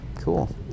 Cool